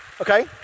Okay